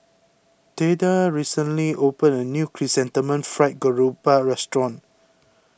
theda recently opened a new Chrysanthemum Fried Garoupa restaurant